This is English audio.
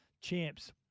champs